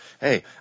hey